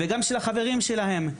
וגם של החברים שלהם,